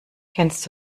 kennst